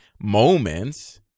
moments